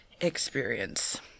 experience